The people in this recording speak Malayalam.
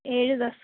ഏഴ് ദിവസം